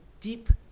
deep